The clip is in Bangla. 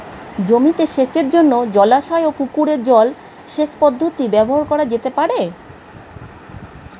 জমিতে সেচের জন্য জলাশয় ও পুকুরের জল সেচ পদ্ধতি ব্যবহার করা যেতে পারে?